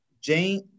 Jane